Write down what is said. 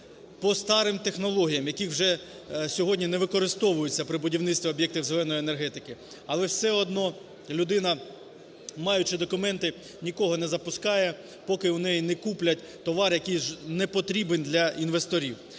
по старим технологіям, які вже сьогодні не використовуються при будівництві об'єктів зеленої енергетики. Але все одно людина, маючи документи, ніколи не запускає, поки в неї не куплять товар, який не потрібен для інвесторів.